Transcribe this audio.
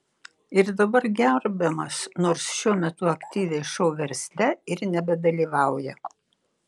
ir dabar gerbiamas nors šiuo metu aktyviai šou versle ir nebedalyvauja